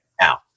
Now